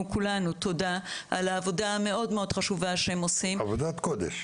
כולנו תודה על העבודה המאוד-מאוד חשובה שהם עושים --- עבודת קודש.